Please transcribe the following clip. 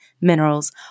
minerals